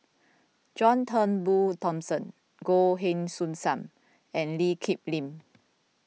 John Turnbull Thomson Goh Heng Soon Sam and Lee Kip Lin